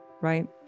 right